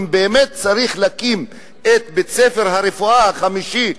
באמת צריך להקים את בית-הספר לרפואה החמישי בצפת.